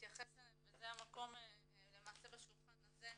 להתייחס אליהם וזה המקום בשולחן הזה,